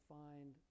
find